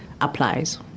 applies